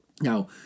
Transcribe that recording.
Now